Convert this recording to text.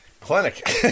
clinic